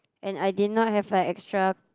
and I did not have like extra